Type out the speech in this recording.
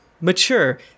mature